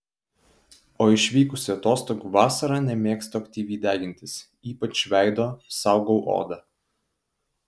o išvykusi atostogų vasarą nemėgstu aktyviai degintis ypač veido saugau odą